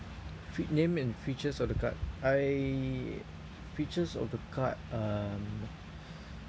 fe~ name and features of the card I features of the card um